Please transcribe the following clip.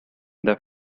their